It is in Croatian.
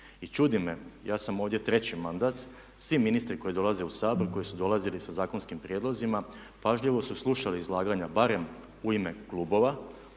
I čudi me, ja sam ovdje treći mandat, svi ministri koji dolaze u Sabor i koji su dolazili sa zakonskim prijedlozima pažljivo su slušali izlaganja barem u ime klubova,